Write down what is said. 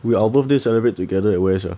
we our birthday celebrate together at where sia